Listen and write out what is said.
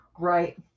Right